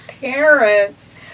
parents